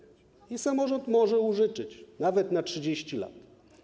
I samorząd może użyczyć, nawet na 30 lat.